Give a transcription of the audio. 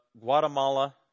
Guatemala